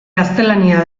gaztelania